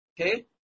okay